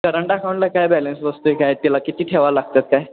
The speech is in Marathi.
करंट अकांटला काय बॅलेन्स असतंय काय तिला किती ठेवावं लागतात काय